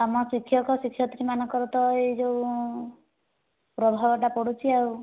ଆମର ଶିକ୍ଷକ ଓ ଶିକ୍ଷୟତ୍ରୀ ମାନଙ୍କର ତ ଏଇ ଯେଉଁ ପ୍ରଭାବଟା ପଡ଼ୁଛି ଆଉ